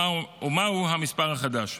ומהו המספר החדש.